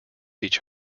each